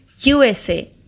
usa